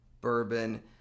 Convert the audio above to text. bourbon